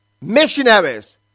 Missionaries